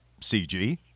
CG